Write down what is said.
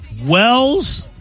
Wells